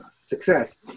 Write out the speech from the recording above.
success